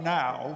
now